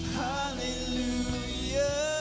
hallelujah